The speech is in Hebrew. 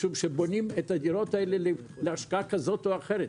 משום שבונים את הדירות האלה להשקעה כזאת או אחרת.